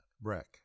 Breck